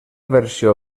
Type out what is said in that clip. versió